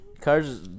Cars